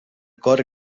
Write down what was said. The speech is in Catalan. cor